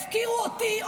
הפקירו אותי,